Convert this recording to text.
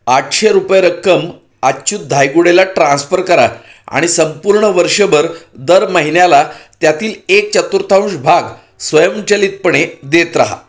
आठशे रुपये रक्कम अच्युत धायगुडेला ट्रान्स्फर करा आणि संपूर्ण वर्षभर दर महिन्याला त्यातील एक चतुर्थांश भाग स्वयंचलितपणे देत रहा